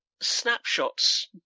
snapshots